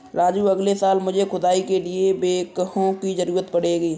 राजू अगले साल मुझे खुदाई के लिए बैकहो की जरूरत पड़ेगी